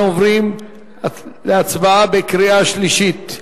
אנחנו עוברים להצבעה בקריאה שלישית.